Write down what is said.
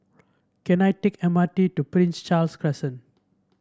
can I take M R T to Prince Charles Crescent